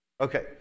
Okay